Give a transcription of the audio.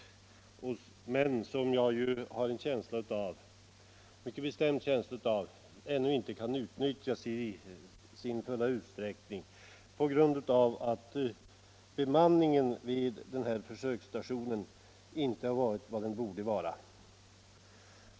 Jag har dock en mycket bestämd känsla av att utbyggnaderna ännu inte har kunnat utnyttjas i sin fulla utsträckning på grund av att bemanningen vid försöksstationen inte är vad den borde vara.